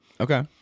okay